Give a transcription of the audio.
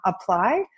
apply